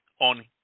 on